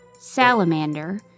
Salamander